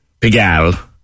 Pigal